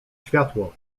światło